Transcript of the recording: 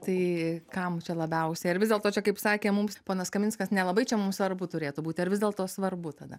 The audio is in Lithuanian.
tai kam čia labiausiai ar vis dėlto čia kaip sakė mums ponas kaminskas nelabai čia mum svarbu turėtų būti ar vis dėlto svarbu tada